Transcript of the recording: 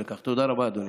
תודה רבה, אדוני.